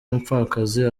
umupfakazi